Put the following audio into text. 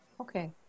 Okay